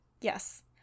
Yes